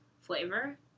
flavor